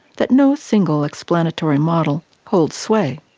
that no single explanatory model holds sway.